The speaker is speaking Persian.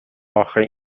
آخه